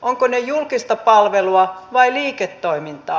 ovatko ne julkista palvelua vai liiketoimintaa